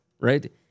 right